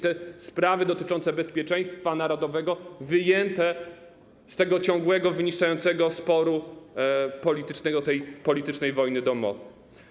Te sprawy dotyczące bezpieczeństwa narodowego powinny być wyjęte z tego ciągłego, wyniszczającego sporu politycznego, tej politycznej wojny domowej.